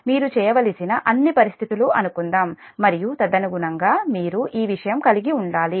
మీరు చేయవలసిన అన్ని పరిస్థితులు అనుకుందాం మరియు తదనుగుణంగా మీరు ఈ విషయం కలిగి ఉండాలి